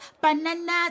bananas